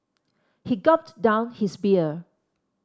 he gulped down his beer